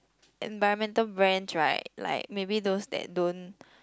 environmental brands right like maybe those that don't